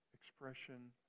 expression